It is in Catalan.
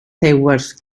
seues